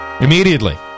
immediately